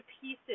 pieces